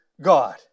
God